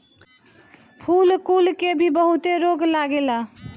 फूल कुल के भी बहुते रोग लागेला